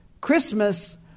Christmas